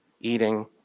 eating